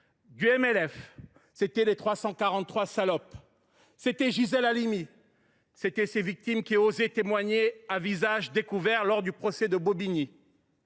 du MLF, c’était les « 343 salopes », c’était Gisèle Halimi, c’étaient ces victimes qui osaient témoigner à visage découvert lors du procès de Bobigny.